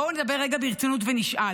בואו נדבר רגע ברצינות ונשאל: